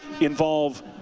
involve